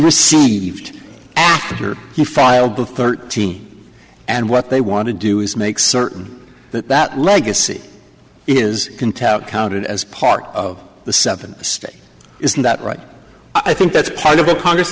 received after he filed with thirteen and what they want to do is make certain that that legacy is contempt counted as part of the seven states isn't that right i think that's part of the congress